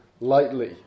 lightly